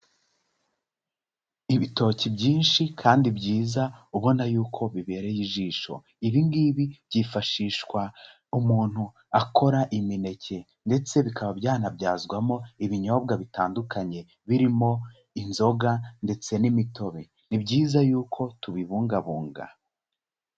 Ibitoki byinshi kandi byiza ubona yuko bibereye ijisho, ibi ngibi byifashishwa umuntu akora imineke ndetse bikaba byanabyazwamo ibinyobwa bitandukanye, birimo inzoga ndetse n'imitobe, ni byiza yuko tubibungabunga.